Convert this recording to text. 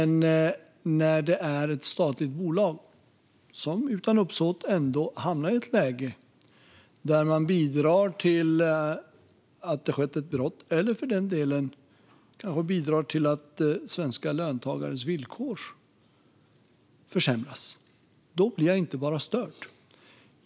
När det är ett statligt bolag som - utan uppsåt men ändå - hamnar i ett läge där man bidrar till att det sker ett brott eller för den delen bidrar till att svenska löntagares villkor försämras, då blir jag inte bara störd.